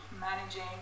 managing